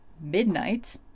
Midnight